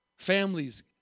Families